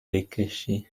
بکشی